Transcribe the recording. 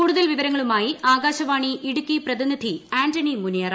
കൂടുതൽ വിവരങ്ങളുമായി ആകാശവാണി ഇടുക്കി പ്രതിനിധി ആന്റണി മുനിയറ